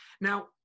now